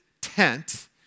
tent